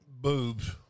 boobs